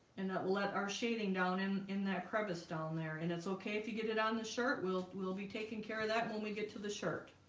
and that let our shading down in in that crevice down there and it's okay if you get it on the shirt we'll we'll be taking care of that when we get to the shirt